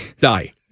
Die